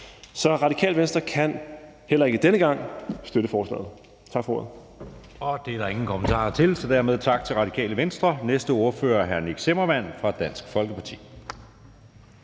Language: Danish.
Så Radikale Venstre kan heller ikke denne gang støtte forslaget. Tak for ordet. Kl. 19:17 Anden næstformand (Jeppe Søe): Det er der ingen kommentarer til. Så dermed tak til Radikale Venstre. Den næste ordfører er hr. Nick Zimmermann fra Dansk Folkeparti.